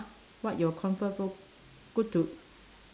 what your comfort food good to